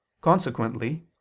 Consequently